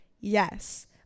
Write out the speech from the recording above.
Yes